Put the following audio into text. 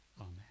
Amen